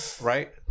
Right